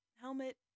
helmet